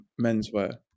menswear